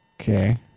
Okay